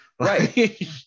Right